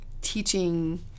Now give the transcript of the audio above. teaching